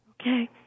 Okay